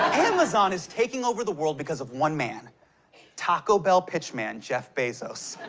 amazon is taking over the world because of one man taco bell pitchman jeff bezos.